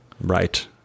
right